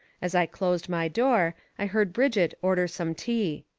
as i closed my door, i heard brigitte order some tea.